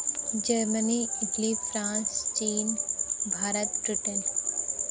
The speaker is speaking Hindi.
जर्मनी इटली फ्रांस चीन भारत ब्रिटेन